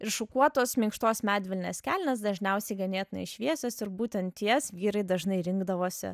ir šukuotos minkštos medvilnės kelnės dažniausiai ganėtinai šviesios ir būtent jas vyrai dažnai rinkdavosi